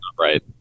right